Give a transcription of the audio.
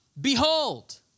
Behold